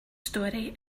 story